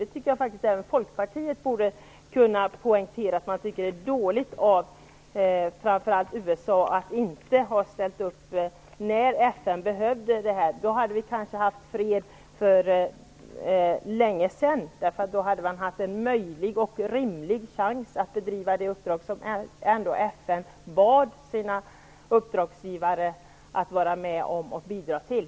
Det tycker jag faktiskt att även Folkpartiet borde kunna poängtera, att man tycker att det är dåligt av framför allt USA att inte ställa upp när FN behövde det. Då hade vi kanske haft fred för länge sedan, om det hade funnits en möjlig och rimlig chans att utföra det uppdrag som FN ändå bad sina uppdragsgivare att vara med och bidra till.